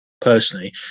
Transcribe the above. personally